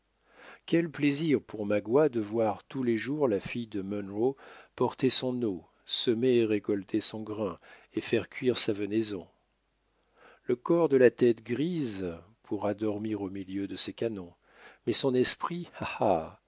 quel plaisir pour magua de voir tous les jours la fille de munro porter son eau semer et récolter son grain et faire cuire sa venaison le corps de la tête grise pourra dormir au milieu de ses canons mais son esprit